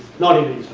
not any